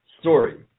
story